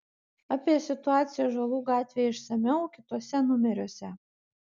apie situaciją ąžuolų gatvėje išsamiau kituose numeriuose